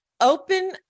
open